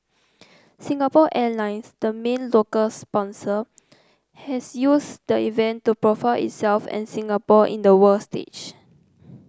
Singapore Airlines the main local sponsor has used the event to profile itself and Singapore in the world stage